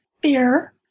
beer